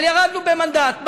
אבל ירדנו במנדט.